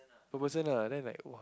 four person lah then I like